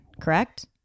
correct